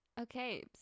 okay